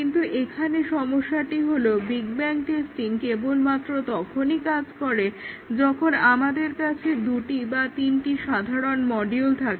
কিন্তু এখানে সমস্যাটি হলো বিগ ব্যাং টেস্টিং কেবলমাত্র তখনই কাজ করে যখন আমাদের কাছে দুটি বা তিনটি সাধারণ মডিউল থাকে